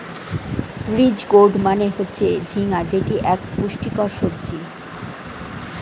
ridge gourd মানে হচ্ছে ঝিঙ্গা যেটি এক পুষ্টিকর সবজি